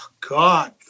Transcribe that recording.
God